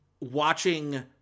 watching